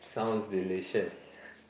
sounds delicious